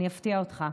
אני אפתיע אותך: